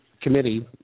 committee